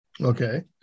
Okay